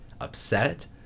upset